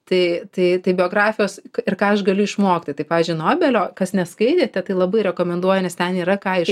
tai tai biografijos ir ką aš galiu išmokti tai pavyzdžiui nobelio kas neskaitėte tai labai rekomenduoju nes ten yra ką